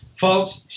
Folks